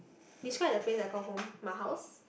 describe the place I call home my house